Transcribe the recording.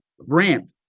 ramp